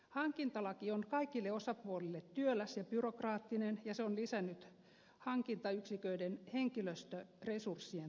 hankintalaki on kaikille osapuolille työläs ja byrokraattinen ja se on lisännyt hankintayksiköiden henkilöstöresurssien tarvetta